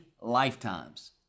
lifetimes